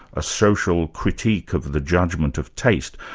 a social critique of the judgment of taste,